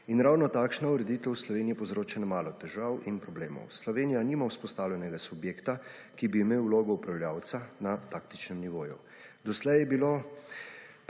In ravno takšna ureditev v Sloveniji povzroča ne malo težav in problemov. Slovenija nima vzpostavljenega subjekta, ki bi imel vlogo upravljavca na taktičnem nivoju. Doslej je bilo